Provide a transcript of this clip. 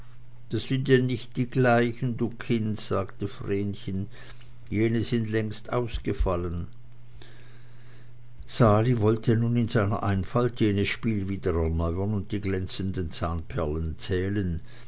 das sind ja nicht die gleichen du kind sagte vrenchen jene sind längst ausgefallen sali wollte nun in seiner einfalt jenes spiel wieder erneuern und die glänzenden zahnperlen zählen